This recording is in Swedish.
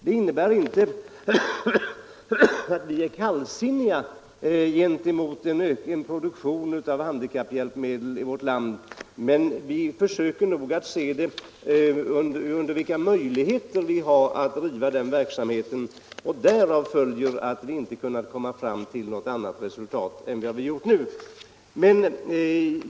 Det innebär inte att vi är kallsinniga till en produktion av handikapphjälpmedel i vårt land, men när vi undersökt möjligheterna för en sådan verksamhet har vi inte kunnat komma fram till annat resultat än vi gjort.